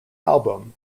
album